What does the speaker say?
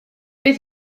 bydd